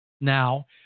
now